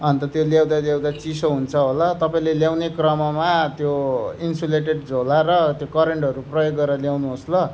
अन्त त्यो ल्याउँदा ल्याउँदा चिसो हुन्छ होला तपाईँले ल्याउने क्रममा त्यो इन्सुलेटेड झोला र त्यो करेन्टहरू प्रयोग गरे ल्याउनुहोस् ल